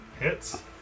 Hits